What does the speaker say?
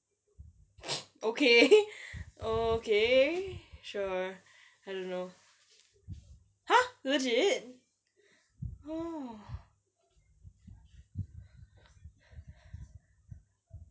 okay okay sure I don't know !huh! legit oh